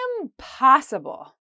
Impossible